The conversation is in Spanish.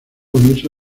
unirse